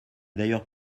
d’ailleurs